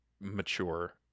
mature